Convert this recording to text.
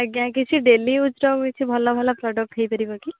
ଆଜ୍ଞା କିଛି daily use ର କିଛି ଭଲ ଭଲ ପ୍ରଡ଼କ୍ଟ ହେଇପାରିବ କି